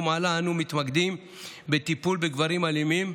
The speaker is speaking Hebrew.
מעלה אנו מתמקדים בטיפול בגברים אלימים,